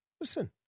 Listen